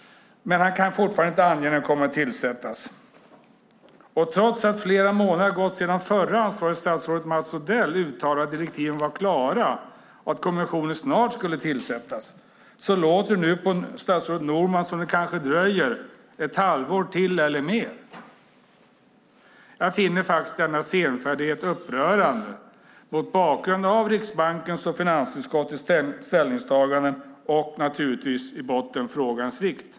Statsrådet kan fortfarande inte ange när den kommer att tillsättas. Trots att flera månader har gått sedan det förra ansvariga statsrådet Mats Odell uttalade att direktiven var klara och att kommissionen snart skulle tillsättas låter det på statsrådet Norman som om det dröjer ett halvår till eller mer. Jag finner denna senfärdighet upprörande mot bakgrund av Riksbankens och finansutskottets ställningstaganden och frågans vikt.